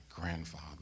grandfather